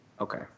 Okay